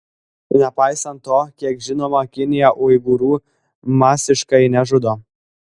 nepaisant to kiek žinoma kinija uigūrų masiškai nežudo